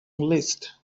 list